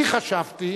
אני חשבתי